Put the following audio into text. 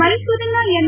ಮೈಸೂರಿನ ಎನ್